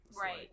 Right